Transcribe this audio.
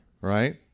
Right